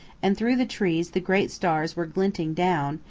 and through the trees the great stars were glinting down,